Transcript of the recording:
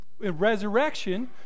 resurrection